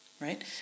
right